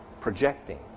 Projecting